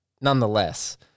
nonetheless